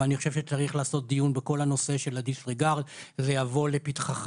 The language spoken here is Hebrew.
אבל אני חושב שצריך לעשות דיון בכל הנושא של הדיסריגרד וזה יבוא לפתחך